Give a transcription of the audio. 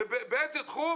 ובאיזה תחום?